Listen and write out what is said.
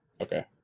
Okay